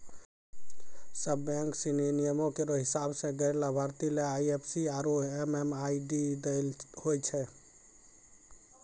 सब बैंक सिनी नियमो केरो हिसाब सें गैर लाभार्थी ले आई एफ सी आरु एम.एम.आई.डी दै ल होय छै